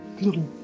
little